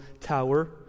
tower